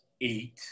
eight